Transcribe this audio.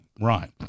Right